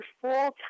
full-time